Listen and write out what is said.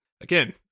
Again